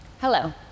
Hello